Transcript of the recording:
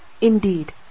indeed